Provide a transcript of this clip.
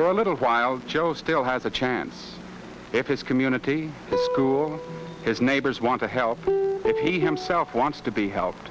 for a little while joe still has a chance if his community the school his neighbors want to help if he himself wants to be helped